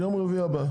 בסדר, יום רביעי הבא.